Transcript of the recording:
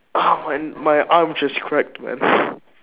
my my arm just cracked man